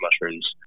mushrooms